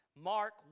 Mark